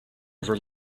over